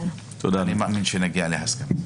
אני מאמין שנגיע להסכמה.